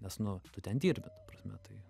nes nu tu ten dirbi prasme tai